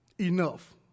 Enough